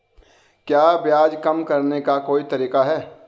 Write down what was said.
क्या ब्याज कम करने का कोई तरीका है?